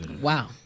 wow